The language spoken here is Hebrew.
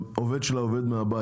כשעובד של חברת הייטק עובד מהבית,